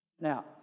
Now